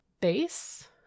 base